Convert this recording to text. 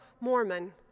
Mormon